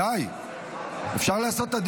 חבר הכנסת סעדה, אי-אפשר, די.